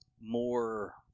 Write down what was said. more